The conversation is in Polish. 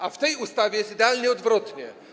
A w tej ustawie jest idealnie odwrotnie.